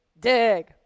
dig